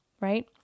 right